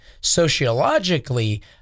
sociologically